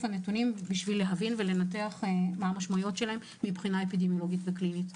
הנתונים כדי להבין ולנתח את המשמעויות האפידמיולוגיות והקליניות.